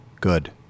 good